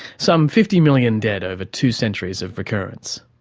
some fifty million dead over two centuries of recurrence.